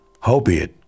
Howbeit